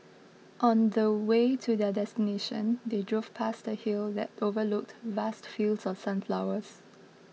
on the way to their destination they drove past a hill that overlooked vast fields of sunflowers